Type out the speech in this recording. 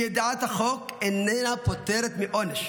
אי-ידיעת החוק איננה פוטרת מעונש,